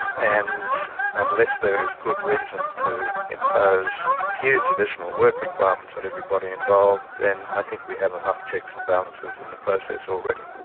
and unless there is good reason to impose huge additional work requirements on everybody involved, then i think we have enough checks and balances in the process already.